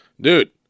Dude